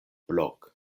blok